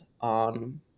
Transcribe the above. on